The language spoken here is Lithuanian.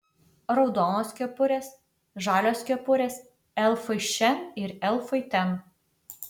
raudonos kepurės žalios kepurės elfai šen ir elfai ten